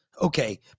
Okay